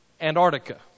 Antarctica